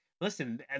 listen